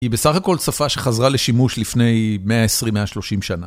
היא בסך הכל שפה שחזרה לשימוש לפני 120-130 שנה.